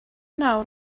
nawr